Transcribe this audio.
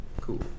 Cool